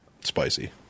Spicy